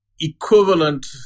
equivalent